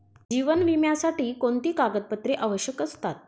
जीवन विम्यासाठी कोणती कागदपत्रे आवश्यक असतात?